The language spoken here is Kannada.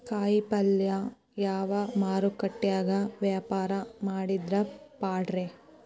ಕಾಯಿಪಲ್ಯನ ಯಾವ ಮಾರುಕಟ್ಯಾಗ ವ್ಯಾಪಾರ ಮಾಡಿದ್ರ ಪಾಡ್ರೇ?